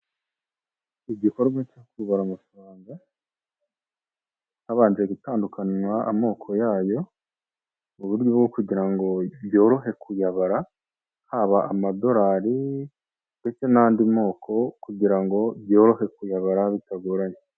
Igikorwa cyo kubara amafaranga, habanje gutandukanwa amoko yayo, mu buryo bwo kugira ngo byorohe kuyabara, haba amadorari ndetse n'andi moko kugira ngo byorohe kuyabara bitagoranye.